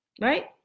right